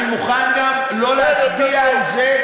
אני מוכן גם לא להצביע על זה,